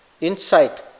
insight